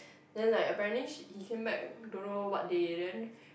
then like apparently she he came back don't know what day then